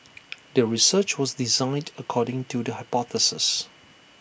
the research was designed according to the hypothesis